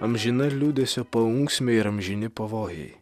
amžina liūdesio paunksmė ir amžini pavojai